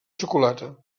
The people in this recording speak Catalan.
xocolata